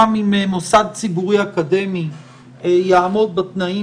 גם אם מוסד ציבורי אקדמי יעמוד בתנאים